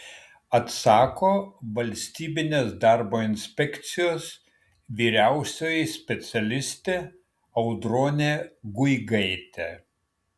atsako valstybinės darbo inspekcijos vyriausioji specialistė audronė guigaitė